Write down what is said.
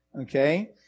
Okay